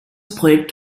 projekt